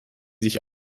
sich